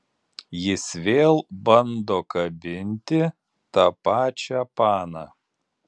jis vėl bando kabinti tą pačią paną